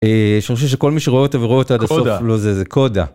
יש משהו שכל מי שרואה אותה ורואה אותה לא זה coda.